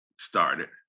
started